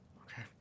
Okay